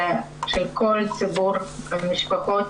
זה של כל ציבור המשפחות,